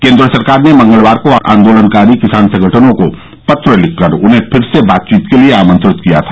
केंद्र सरकार ने मंगलवार को आंदोलनकारी किसान संगठनों को पत्र लिखकर उन्हें फिर से बातचीत के लिए आमंत्रित किया था